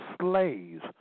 slaves